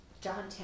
John